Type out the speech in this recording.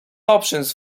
options